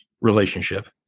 relationship